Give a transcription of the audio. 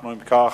אם כך,